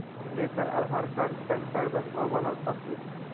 हम लेकर Aadhaar card PAN card बैंकवा वाला पासबुक?